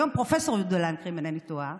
היום פרופ' יהודה לנקרי, אם אינני טועה,